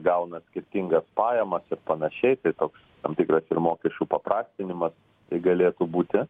gauna skirtingas pajamas ir panašiai tai toks tam tikras ir mokesčių paprastinimas tai galėtų būti